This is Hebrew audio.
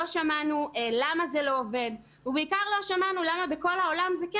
לא שמענו למה זה לא עובד ובעיקר לא שמענו למה